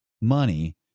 money